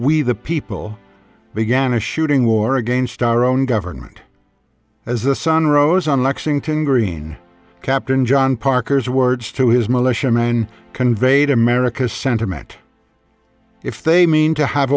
we the people began a shooting war against our own government as the sun rose on lexington green captain john parker's words to his militia men conveyed america's sentiment if they mean to have